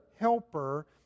Helper